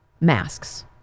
masks